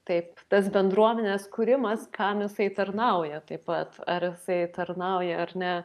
taip tas bendruomenės kūrimas kam jisai tarnauja taip pat ar jisai tarnauja ar ne